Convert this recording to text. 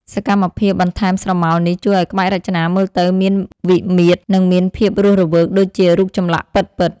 សកម្មភាពបន្ថែមស្រមោលនេះជួយឱ្យក្បាច់រចនាមើលទៅមានវិមាត្រ និងមានភាពរស់រវើកដូចជារូបចម្លាក់ពិតៗ។